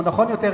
או נכון יותר,